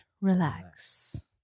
relax